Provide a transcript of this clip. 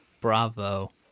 Bravo